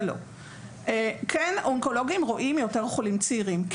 מה שכן, אונקולוגים רואים יותר חולים צעירים.